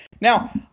Now